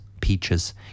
peaches